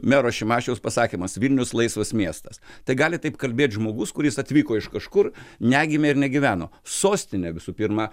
mero šimašiaus pasakymas vilnius laisvas miestas tai gali taip kalbėt žmogus kuris atvyko iš kažkur negimė ir negyveno sostinė visų pirma